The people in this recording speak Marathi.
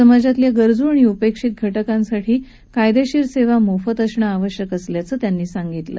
समाजातल्या गरजू आणि उपेक्षित घटकांसाठी कायदेशीर सेवा मोफत असणं आवश्यक असल्याचं त्यांनी सांगितलं